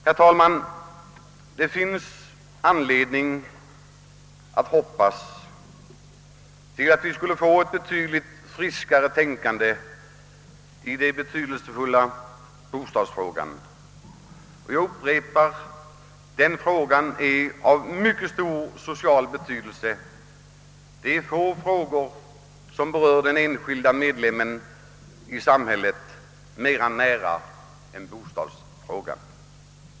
Herr talman! Det finns anledning att hoppas att vi skulle kunna få ett avsevärt friskare tänkande i den betydelsefulla bostadsfrågan. Jag upprepar att denna fråga har mycket stor social betydelse. Få ting berör den enskilda medlemmen i samhället närmare än bostadsfrågan.